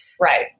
Right